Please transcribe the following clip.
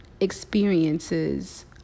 experiences